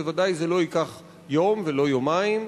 בוודאי זה לא ייקח יום ולא יומיים,